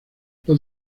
los